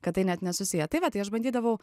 kad tai net nesusiję tai va tai aš bandydavau